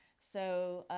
so,